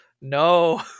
no